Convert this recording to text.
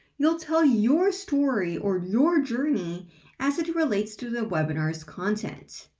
you'll tell your story or your journey as it relates to the webinar's content.